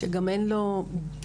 שגם אין לו דיור,